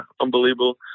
unbelievable